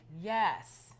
Yes